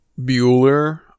Bueller